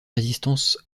résistance